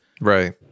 Right